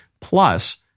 Plus